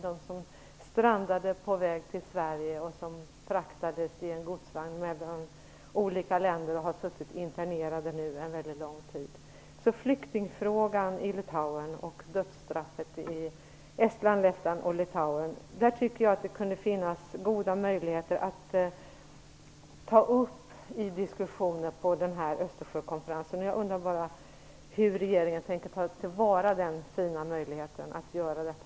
De strandade på väg till Sverige, fraktades i en godsvagn mellan olika länder och har nu suttit internerade en väldigt lång tid. Jag tycker att det kunde finnas goda möjligheter att ta upp flyktingfrågan i Litauen och dödsstraffet i Estland, Lettland och Litauen i diskussionen på Östersjökonferensen. Hur tänker regeringen ta till vara den fina möjligheten att göra detta?